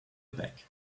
back